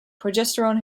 progesterone